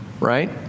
right